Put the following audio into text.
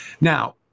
Now